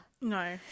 no